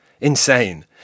Insane